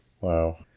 Wow